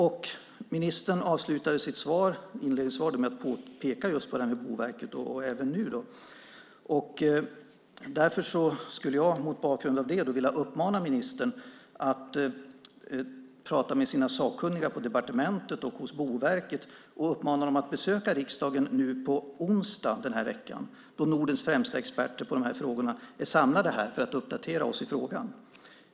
Ministern inledde sitt svar med att peka på Boverket och gör det även nu. Mot bakgrund av det vill jag uppmana ministern att tala med sina sakkunniga på departementet och Boverket och uppmana dem att besöka riksdagen nu på onsdag den här veckan då Nordens främsta experter på detta är samlade här för att uppdatera oss i frågan.